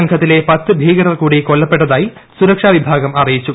സംഘത്തിലെ പത്ത് ഭീകരർ കൂടി കൊല്ലപ്പെട്ടതായി സുരക്ഷാ വിഭാഗം അറിയിച്ചു